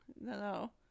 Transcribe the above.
no